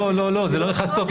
לא, זה לא נכנס לתוקף.